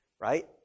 right